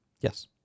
Yes